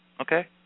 okay